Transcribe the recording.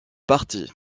partis